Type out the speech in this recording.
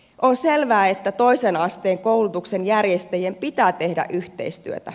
on selvää että toisen asteen koulutuksen järjestäjien pitää tehdä yhteistyötä